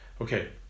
okay